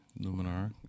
Luminar